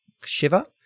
Shiver